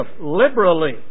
liberally